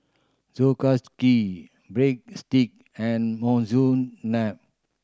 Breadstick and Monsuna